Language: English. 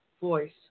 voice